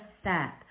step